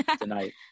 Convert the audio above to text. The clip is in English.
tonight